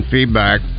Feedback